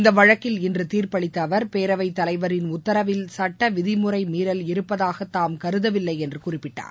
இந்த வழக்கில் இன்று தீர்ப்பு அளித்த அவர் பேரவைத் தலைவரின் உத்தரவில் சட்ட விதிமுறை மீறல் இருப்பதாக தாம் கருதவில்லை என்று குறிப்பிட்டார்